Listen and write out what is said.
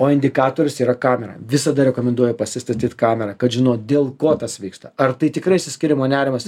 o indikatorius yra kamera visada rekomenduoju pasistatyt kamerą kad žinot dėl ko tas vyksta ar tai tikrai išsiskyrimo nerimas